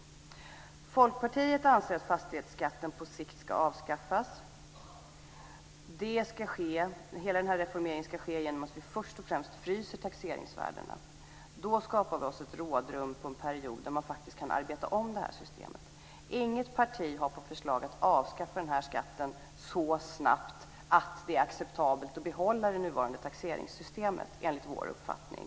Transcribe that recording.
Folkpartiet anser att fastighetsskatten på sikt ska avskaffas. Hela denna reformering ska ske genom att vi först och främst fryser taxeringsvärdena. Då skapar vi oss ett rådrum på en period då man faktiskt kan arbeta om detta system. Inget parti har på förslag att avskaffa denna skatt så snabbt att det är acceptabelt att behålla det nuvarande taxeringssystemet, enligt vår uppfattning.